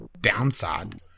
downside